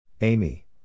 Amy